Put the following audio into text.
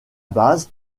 base